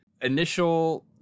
initial